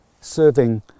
serving